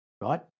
right